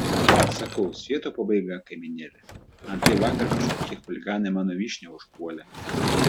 sakau svieto pabaiga kaimynėle antai vakar kažkokie chuliganai mano vyšnią užpuolė